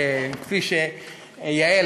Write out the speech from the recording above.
יעל,